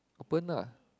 open lah